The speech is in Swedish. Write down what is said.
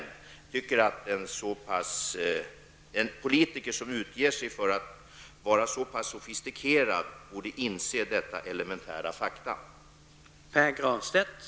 Jag tycker att en politiker som utger sig för att vara så pass sofistikerad borde inse detta elementära faktum.